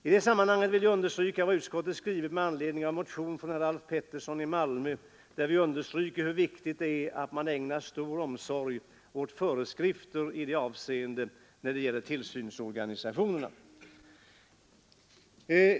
I det sammanhanget vill jag erinra om vad utskottet skriver med anledning av motion av herr Alf Pettersson i Malmö m.fl., nämligen att det ”är av vikt att den kommunala tillsynen ägnas stor uppmärksamhet vid utarbetandet av närmare föreskrifter för tillsynsorganisationen”.